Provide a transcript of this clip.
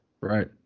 Right